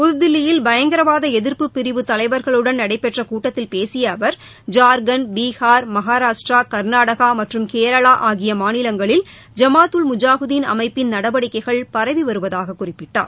புதுதில்லியில் பயங்கரவாத எதிர்ப்பு பிரிவு தலைவர்களுடன் நடைபெற்ற கூட்டத்தில் பேசிய அவர் ஜார்க்கண்ட் பீகா் மகாராஷ்டிரா கர்நாடகா மற்றும் கேரளா ஆகிய மாநிலங்களில் ஜமாத் உல் முஜாஹிதீன் அமைப்பின் நடவடிக்கைகள் பரவி வருவதாக குறிப்பிட்டார்